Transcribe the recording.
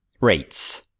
RATES